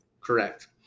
Correct